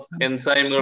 enzyme